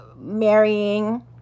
marrying